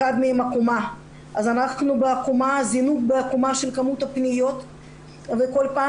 אחת מהן 'עקומה' אז אנחנו בזינוק בעקומה של כמות הפניות וכל פעם